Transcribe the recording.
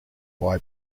why